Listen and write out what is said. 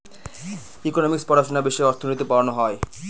economics পড়াশোনা বিষয়ে অর্থনীতি পড়ানো হয়